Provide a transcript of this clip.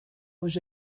was